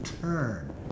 turn